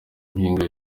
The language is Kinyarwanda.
impinga